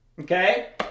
okay